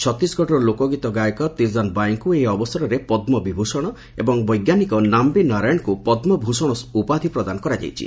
ଛତିଶଗଡ଼ର ଲୋକଗୀତ ଗାୟକ ତିଜନ୍ ବାଇଙ୍କୁ ଏହି ଅବସରରେ ପଦୁବିଭ୍ଷଣ ଏବଂ ବୈଜ୍ଞାନିକ ନାୟି ନାରାୟଣଙ୍କ ପଦୁଭ୍ଷଣ ଉପାଧି ପ୍ରଦାନ କରାଯାଇଛି